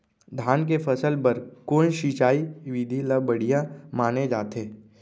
धान के फसल बर कोन सिंचाई विधि ला बढ़िया माने जाथे?